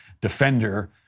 defender